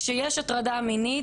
כשיש הטרדה מינית,